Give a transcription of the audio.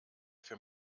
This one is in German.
für